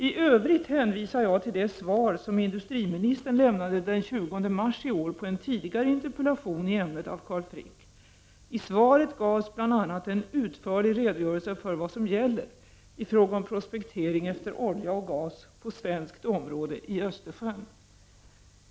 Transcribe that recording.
I övrigt hänvisar jag till det svar som industriministern lämnade den 20 mars i år på en tidigare interpellation i ämnet av Carl Frick. I svaret gavs bl.a. en utförlig redogörelse för vad som gäller i fråga om prospektering efter olja och gas på svenskt område i Östersjön.